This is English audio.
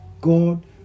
God